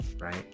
right